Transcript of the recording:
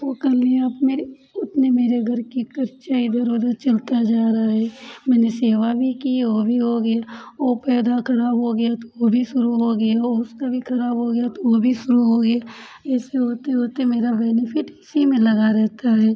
ओ कर लिया अब मेरे उतने मेरे घर की खर्चा इधर उधर चलता जा रहा है मैंने सेवा भी की ओ भी हो गया ओ पैदा खराब हो गया तो वो भी शुरू हो गया ओ उसका भी खराब हो गया तो वो भी शुरू हो गया ऐसे होते होते मेरा बेनेफ़िट इसी में लगा रहता है